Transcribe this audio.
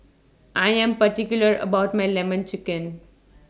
I Am particular about My Lemon Chicken